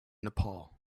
nepal